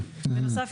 בנוסף,